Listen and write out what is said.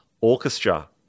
orchestra